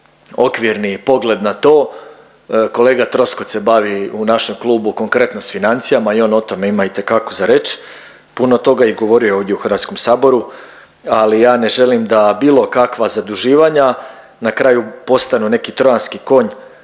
okvirni pogled na to, kolega Troskot se bavi u našem klubu konkretno s financijama i on o tome itekako za reći, puno toga i govorio je ovdje u HS-u, ali ja ne želim da bilo kakva zaduživanja na kraju postanu neki trojanski konj